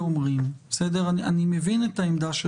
גם אם הייתם אומרים: אנחנו לא מונים את זמן הקורונה במניין התקופות,